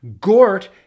Gort